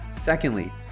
Secondly